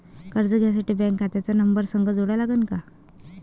कर्ज घ्यासाठी बँक खात्याचा नंबर संग जोडा लागन का?